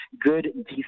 good